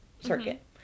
circuit